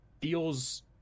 feels